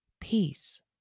peace